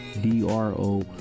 D-R-O